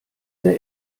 der